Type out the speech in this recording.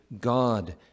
God